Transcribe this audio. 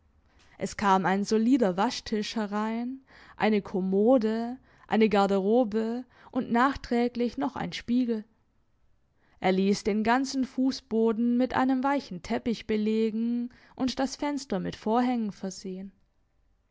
es kam ein solider waschtisch herein eine kommode eine garderobe und nachträglich noch ein spiegel er liess den ganzen fussboden mit einem weichen teppich belegen und das fenster mit vorhängen versehen